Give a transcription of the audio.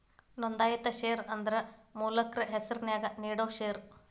ನೋಂದಾಯಿತ ಷೇರ ಅಂದ್ರ ಮಾಲಕ್ರ ಹೆಸರ್ನ್ಯಾಗ ನೇಡೋ ಷೇರ